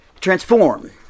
transform